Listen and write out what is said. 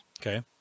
Okay